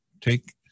take